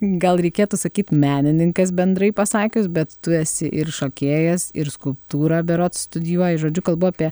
gal reikėtų sakyt menininkas bendrai pasakius bet tu esi ir šokėjas ir skulptūrą berods studijuoji žodžiu kalbu apie